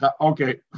okay